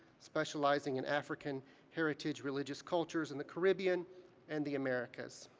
specializing in african heritage religious cultures in the caribbean and the americas.